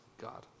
God